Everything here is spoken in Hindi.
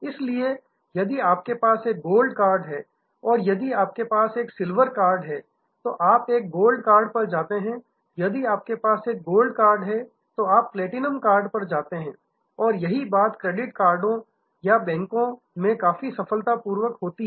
इसलिए यदि आपके पास एक गोल्ड कार्ड है और यदि आपके पास एक सिल्वर कार्ड है तो आप एक गोल्ड कार्ड पर जाते हैं यदि आपके पास एक गोल्ड कार्ड है तो आप एक प्लैटिनम कार्ड पर जाते हैं और यही बात क्रेडिट कार्ड या बैंकों में काफी सफलतापूर्वक होती है